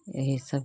यही सब